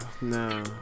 No